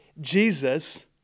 Jesus